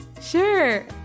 Sure